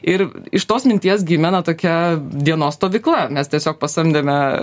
ir iš tos minties gimė na tokia dienos stovykla mes tiesiog pasamdėme